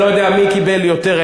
אני לא יודע מי קיבל יותר,